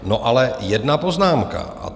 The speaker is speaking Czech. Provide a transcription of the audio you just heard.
No ale jedna poznámka.